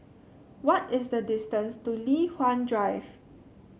what is the distance to Li Hwan Drive